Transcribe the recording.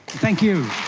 thank you.